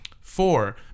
Four